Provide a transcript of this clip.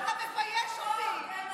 אתה מבייש אותי.